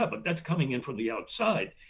ah but that's coming in from the outside,